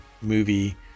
movie